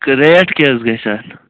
rate کیٛاہ حظ گَژھِ اَتھ